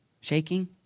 shaking